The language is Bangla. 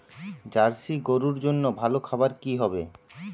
জার্শি গরুর জন্য ভালো খাবার কি হবে?